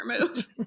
move